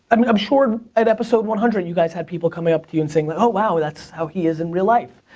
um i'm sure at episode one hundred you guys had people coming up to you and saying, oh wow, that's how he is in real life.